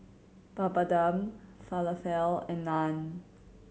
Papadum Falafel and Naan